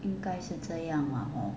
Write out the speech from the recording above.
应该是这样 lah hor